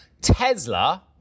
Tesla